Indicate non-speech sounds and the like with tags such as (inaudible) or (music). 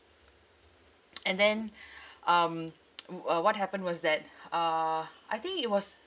(noise) and then um (noise) uh what happened was that uh I think it was